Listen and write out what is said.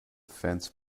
fence